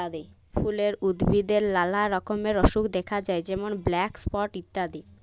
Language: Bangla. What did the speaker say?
ফুলের উদ্ভিদে লালা রকমের অসুখ দ্যাখা যায় যেমল ব্ল্যাক স্পট ইত্যাদি